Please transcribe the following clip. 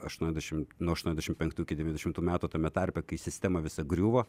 aštuoniasdešimt nuo aštuoniasdešimt penktų iki devyniasdešimtų metų tame tarpe kai sistema visa griuvo